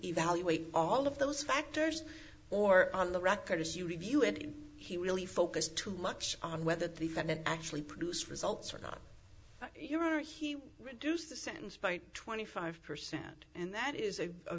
evaluate all of those factors or on the record as you review it if he really focused too much on whether the defendant actually produce results or not you are here reduce the sentence by twenty five percent and that is a